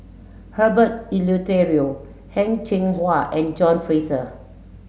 Herbert Eleuterio Heng Cheng Hwa and John Fraser